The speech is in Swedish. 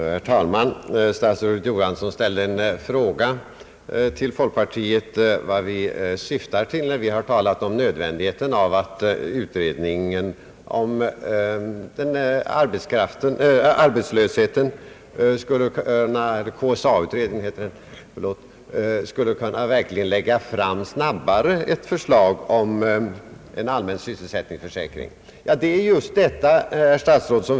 Herr talman! Statsrådet Johansson frågade folkpartiet vad vi syftar till, när vi talar om nödvändigheten av att KSA-utredningen snabbare lägger fram ett förslag om en allmän sysselsättningsförsäkring.